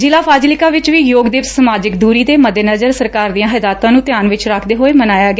ਜਿਲਾ ਫਾਜਿਲਕਾ ਵਿੱਚ ਵੀ ਯੋਗ ਦਿਵਸ ਸਮਾਜਿਕ ਦੁਰੀ ਦੇ ਮੱਦੇਨਜਰ ਸਰਕਾਰ ਦੀਆਂ ਹਦਾਇਤਾਂ ਨੂੰ ਧਿਆਨ ਵਿੱਚ ਰੱਖਦੇ ਹੋਏ ਮਨਾਇਆ ਗਿਆ